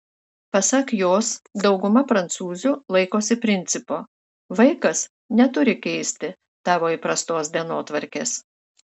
pasak jos dauguma prancūzių laikosi principo vaikas neturi keisti tavo įprastos dienotvarkės